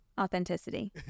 authenticity